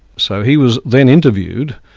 so he was then interviewed,